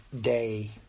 Day